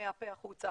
מהפה החוצה,